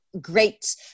great